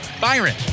Byron